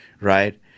right